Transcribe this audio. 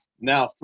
now